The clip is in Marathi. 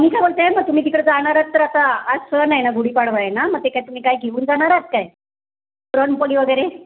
मी काय म्हणते मग तुम्ही तिकडं जाणार आहात तर आता आज सण आहे ना गुढी पाडवा आहे ना मग ते काय तुमी काही घेऊन जाणार आहात काय पुरणपोळी वगैरे